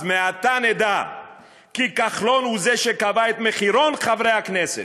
אז מעתה נדע כי כחלון הוא זה שקבע את מחירון חברי הכנסת.